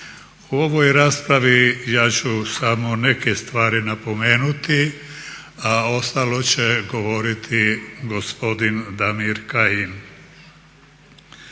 U ovoj raspravi ja ću samo neke stvari napomenuti, a ostalo će govoriti gospodin Damir Kajin.